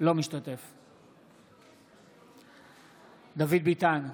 בהצבעה דוד ביטן,